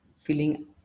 feeling